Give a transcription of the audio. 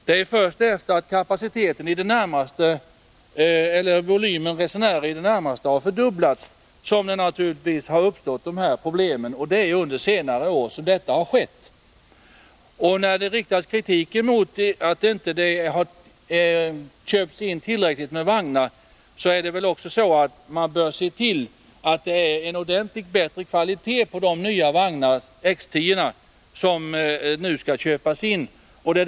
Det är först efter att volymen av resenärer i det närmaste har fördubblats som detta problem har uppstått, och det är under senare år som detta har skett. När det riktas kritik mot att inte tillräckligt med vagnar har köpts in, bör man väl tänka på att det är viktigt att de nya vagnarna, X 10, är av betydligt bättre kvalitet.